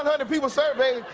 hundred people surveyed.